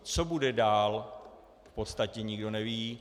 Co bude dál, v podstatě nikdo neví.